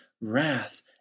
wrath